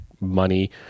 money